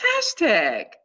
Hashtag